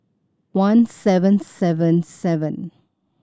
one seven seven seven